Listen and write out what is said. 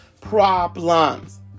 problems